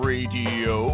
Radio